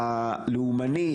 הלאומני,